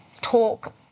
talk